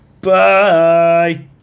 Bye